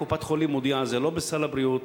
קופת-חולים מודיעה: זה לא בסל הבריאות.